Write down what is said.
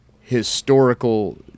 historical